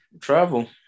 travel